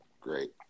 Great